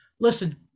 Listen